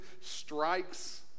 strikes